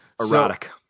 Erotic